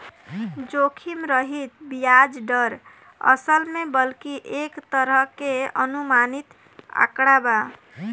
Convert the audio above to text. जोखिम रहित ब्याज दर, असल में बल्कि एक तरह के अनुमानित आंकड़ा बा